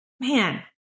man